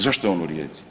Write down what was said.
Zašto je on u Rijeci?